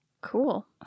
Cool